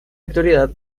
actualidad